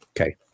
Okay